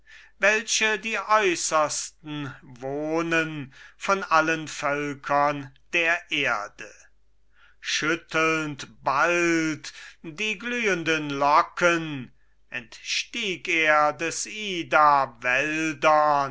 welche die äußersten wohnen von allen völkern der erde schüttlend bald die glühenden locken entstieg er des ida wäldern